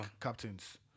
captains